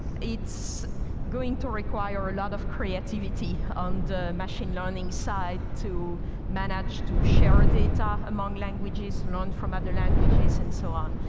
it's going to require a lot of creativity on the machine learning side to manage to share data among languages known from other languages and so on.